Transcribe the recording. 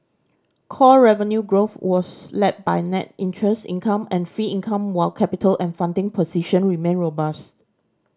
core revenue growth was led by net interest income and fee income while capital and funding position remain robust